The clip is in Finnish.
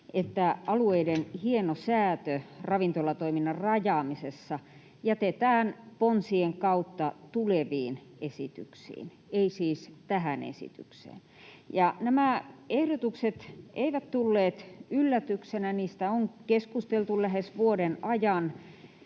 että alueiden hienosäätö ravintolatoiminnan rajaamisessa jätetään ponsien kautta tuleviin esityksiin, ei siis tähän esitykseen. Nämä ehdotukset eivät tulleet yllätyksenä, niistä on keskusteltu lähes vuoden ajan